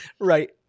Right